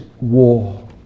war